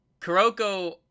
Kuroko